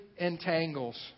Entangles